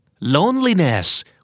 Loneliness